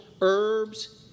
herbs